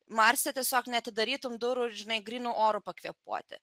marse tiesiog neatidarytum durų ir žinai grynu oru pakvėpuoti